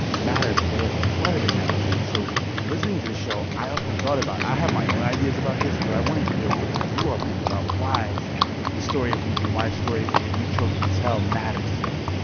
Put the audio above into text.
matter today. like why do they matter today? so listening to the show, i often thought about i have my own ideas about this. but i want to hear what you all think about why the story of reeb and why the story that you chose to tell matters today